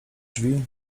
drzwi